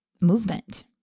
movement